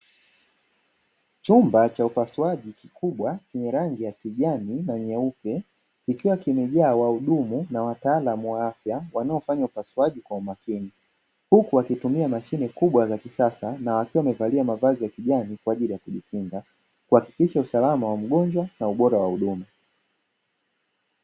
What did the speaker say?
Chumba cha upasuaji kikubwa chenye rangi ya kijani na nyeupe, kikiwa kimejaa wahudumu na wataalamu wa afya wanaofanya upasuaji kwa umakini, huku wakitumia mashine kubwa za kisasa na wakiwa mamevalia mavazi ya kijani kwa ajili ya kujikinga, kuhakikisha usalama wa mgonjwa na ubora wa huduma.